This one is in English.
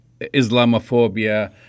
Islamophobia